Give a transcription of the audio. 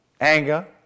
anger